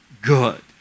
good